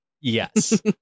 Yes